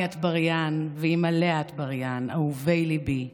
אטבריאן ואימא לאה אטבריאן, אהובי ליבי,